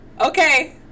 okay